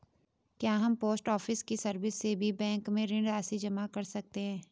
क्या हम post office की सर्विस से भी बैंक में ऋण राशि जमा कर सकते हैं?